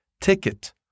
ticket